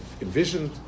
envisioned